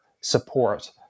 support